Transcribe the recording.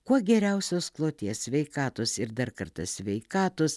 kuo geriausios kloties sveikatos ir dar kartą sveikatos